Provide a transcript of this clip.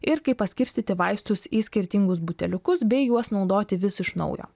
ir kaip paskirstyti vaistus į skirtingus buteliukus bei juos naudoti vis iš naujo